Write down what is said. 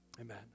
amen